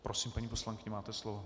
Prosím, paní poslankyně, máte slovo.